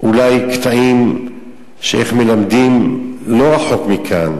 אולי, קטעים של איך מלמדים לא רחוק מכאן,